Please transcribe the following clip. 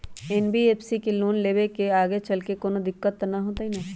NBFC से loan लेबे से आगेचलके कौनो दिक्कत त न होतई न?